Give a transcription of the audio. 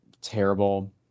terrible